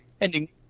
Ending